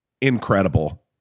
incredible